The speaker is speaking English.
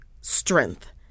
strength